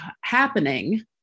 happening